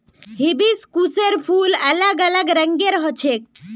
हिबिस्कुसेर फूल अलग अलग रंगेर ह छेक